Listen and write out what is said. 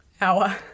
hour